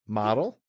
model